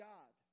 God